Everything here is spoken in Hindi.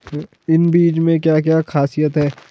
इन बीज में क्या क्या ख़ासियत है?